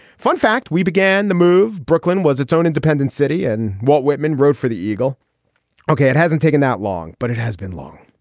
fun fact. we began the move. brooklyn was its own independent city and walt whitman wrote for the eagle ok, it hasn't taken that long, but it has been long.